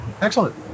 Excellent